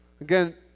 Again